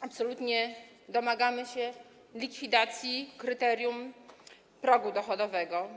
absolutnie domagamy się likwidacji kryterium progu dochodowego.